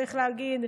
צריך להגיד,